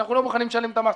אנחנו לא מוכנים לשלם את המס.